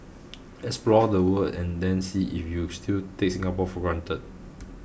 explore the world and then see if you still take Singapore for granted